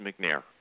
McNair